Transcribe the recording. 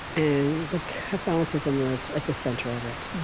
and the catholicism was at the center of it.